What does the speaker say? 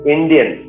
Indian